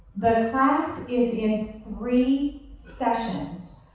the class is in three sessions.